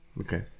Okay